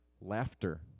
laughter